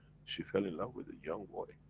she fell in love with a young boy.